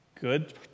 good